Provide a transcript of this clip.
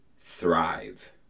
thrive